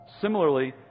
Similarly